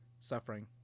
suffering